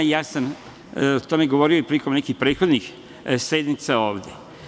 Ja sam o tome govorio i prilikom nekih prethodnih sednica ovde.